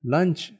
Lunch